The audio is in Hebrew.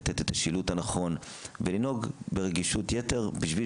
לתת את השילוט הנכון ולנהוג ברגישות יתר בשביל